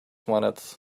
wanted